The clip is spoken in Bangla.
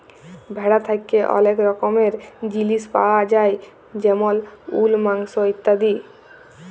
ভেড়া থ্যাকে ওলেক রকমের জিলিস পায়া যায় যেমল উল, মাংস ইত্যাদি